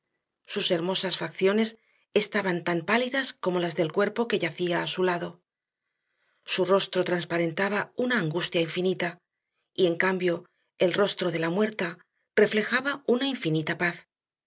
sus hermosas facciones estaban tan pálidas como las del cuerpo que yacía a su lado su rostro transparentaba una angustia infinita y en cambio el rostro de la muerta reflejaba una infinita paz